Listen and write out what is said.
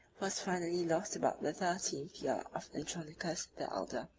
was finally lost about the thirteenth year of andronicus the elder.